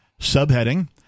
Subheading